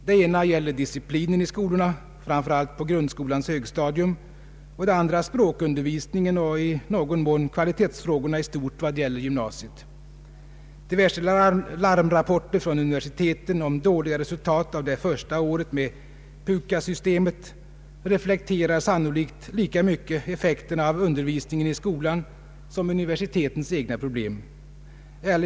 Det ena gäller disciplinen i skolorna, framför allt på grundskolans högstadium, och det andra språkundervisningen och i någon mån kvalitetsfrågorna i stort vad gäller gymnasiet. Diverse larmrapporter från universiteten om dåliga resultat av det första året med PUKAS-systemet reflekterar sannolikt lika mycket effekterna av undervisningen i skolan som universitetens egna problem.